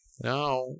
now